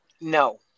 No